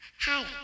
hi